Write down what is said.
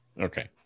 Okay